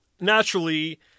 naturally